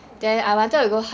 oh